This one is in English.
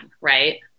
right